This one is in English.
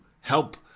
help